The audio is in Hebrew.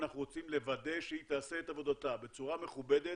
אנחנו רוצים לוודא שהיא תעשה את עבודתה בצורה מכובדת,